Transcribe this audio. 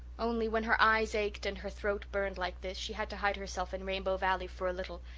only, when her eyes ached and her throat burned like this she had to hide herself in rainbow valley for a little,